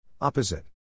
Opposite